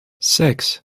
six